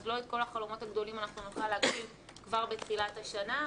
אז לא את כל החלומות הגדולים אנחנו נוכל להגשים כבר בתחילת השנה,